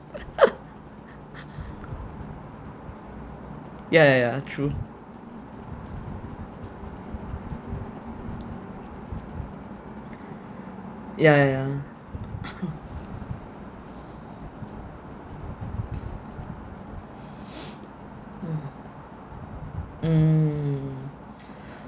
ya ya ya true ya ya ya mm